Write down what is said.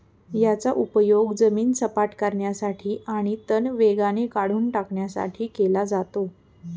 याचा उपयोग जमीन सपाट करण्यासाठी आणि तण वेगाने काढून टाकण्यासाठी केला जातो